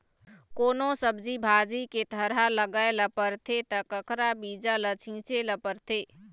कोनो सब्जी भाजी के थरहा लगाए ल परथे त कखरा बीजा ल छिचे ल परथे